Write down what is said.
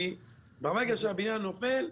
כי ברגע שהבניין נופל,